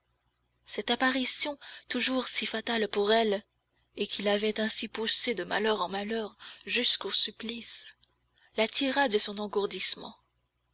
cette apparition toujours si fatale pour elle et qui l'avait ainsi poussée de malheur en malheur jusqu'au supplice la tira de son engourdissement